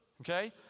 okay